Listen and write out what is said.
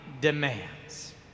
demands